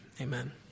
Amen